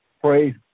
Praise